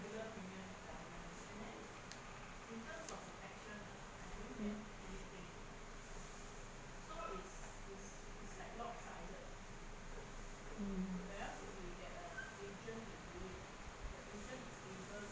mm mm